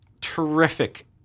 terrific